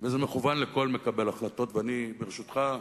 וזה מכוון לכל מקבל החלטות, ואני, ברשותך,